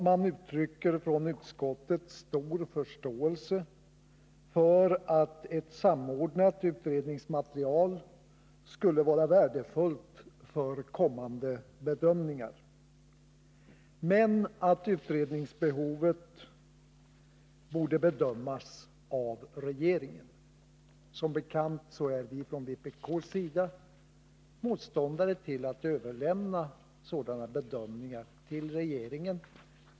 Man uttrycker från utskottet stor förståelse för uppfattningen att ett samordnat utredningsmaterial skulle vara värdefullt för kommande bedömningar, men hävdar att utredningsbehovet borde bedömas av regeringen. Som bekant är vi från vpk:s sida motståndare till att överlämna sådana bedömningar till regeringen.